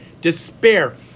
despair